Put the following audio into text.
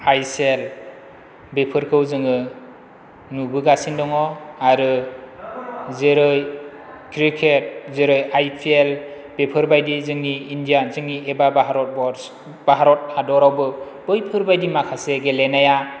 आइ S L बेफोरखौ जोङो नुबोगासिनो दङ आरो जेरै क्रिकेट जेरै आइ पि एल बेफोरबायदि जोंनि इण्डियान जोंनि एबा भारतबर्ष भारत हादरावबो बेफोर बायदि माखासे गेलेनाया